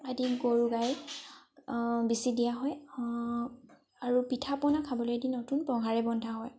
আদি গৰু গাই বিচি দিয়া হয় আৰু পিঠা পনা খাবলৈ দি নতুন পঘাৰে বন্ধা হয়